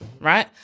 right